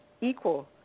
equal